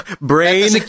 Brain